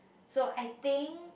so I think